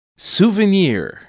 Souvenir